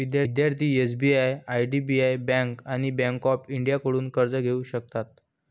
विद्यार्थी SBI IDBI bank आणि bank of इंडियाकडून कर्ज घेऊ शकतात